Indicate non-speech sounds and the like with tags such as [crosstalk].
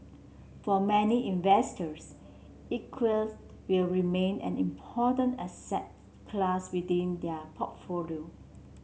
for many investors [unintelligible] will remain an important asset class within their portfolio